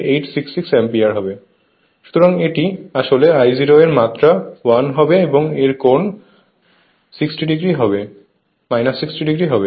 সুতরাং এটি আসলে I₀ এর মাত্রা 1 হবে এবং এর কোণ 60 o হবে